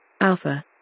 Alpha